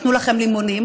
נתנו לכם לימונים,